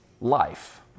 life